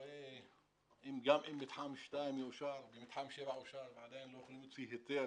גם אם מתחם 2 יאושר ומתחם 7 יאושר ועדיין לא יכולים להוציא היתר